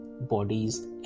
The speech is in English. bodies